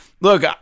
Look